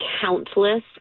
countless